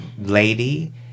lady